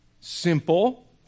Simple